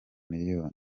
miliyoni